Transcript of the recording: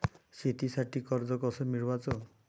शेतीसाठी कर्ज कस मिळवाच?